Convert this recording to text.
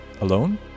alone